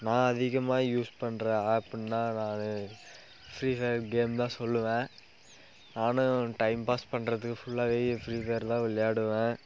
நான் அதிகமாக யூஸ் பண்ற ஆப்புன்னால் நான் ஃபிரீ ஃபயர் கேம் தான் சொல்லுவேன் நானும் டைம் பாஸ் பண்றதுக்கு ஃபுல்லாகவே ஃபிரீ ஃபயர் தான் விளையாடுவேன்